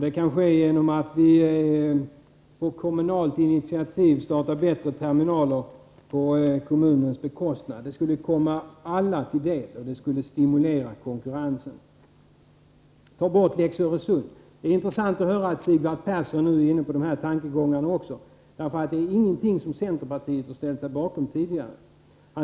Vidare kan det ske genom att vi på kommunalt initiativ och på kommunens bekostnad skapar bättre terminaler. Detta skulle komma alla till del, och konkurrensen skulle stimuleras. Ta bort lex Öresund. Det är intressant att höra att även Sigvard Persson nu är inne på de här tankegångarna. Tidigare har inte centerpartiet ställt sig bakom detta.